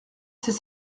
c’est